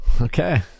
Okay